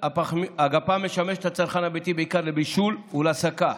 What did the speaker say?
הגפ"ם משמש את הצרכן הביתי בעיקר לבישול ולהסקה,